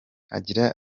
agira